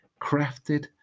crafted